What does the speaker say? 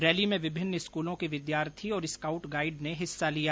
rally में विभिन्न स्कूलों के विद्यार्थी और स्काउट गाइड ने हिस्सा लिया